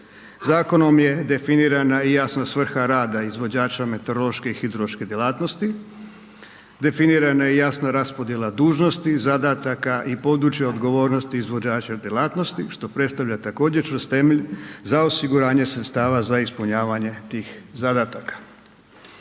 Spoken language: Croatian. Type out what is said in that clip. Zakonom je definirana i jasna svrha rada izvođača meteorološke i hidrološke djelatnosti, definirana je i jasna raspodjela dužnosti, zadataka i područje odgovornosti izvođača djelatnosti što predstavlja također čvrst temelj za osiguranje sredstava za ispunjavanje tih zadataka.